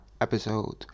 episode